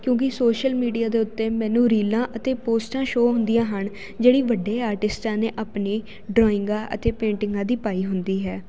ਕਿਉਂਕਿ social media ਦੇ ਉੱਤੇ ਮੈਨੂੰ ਰੀਲਾਂ ਅਤੇ ਪੋਸਟਾਂ ਸ਼ੋ ਹੁੰਦੀਆਂ ਹਨ ਜਿਹੜੀ ਵੱਡੇ ਆਰਟਿਸਟਾਂ ਨੇ ਆਪਣੇ ਡਰਾਇੰਗਾਂ ਅਤੇ ਪੇਂਟਿੰਗਾਂ ਦੀ ਪਾਈ ਹੁੰਦੀ ਹੈ